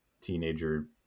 teenager